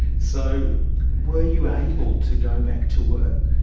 so were you able to go back to work?